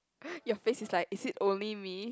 your face is like is it only me